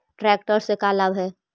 Tractor से का लाभ है?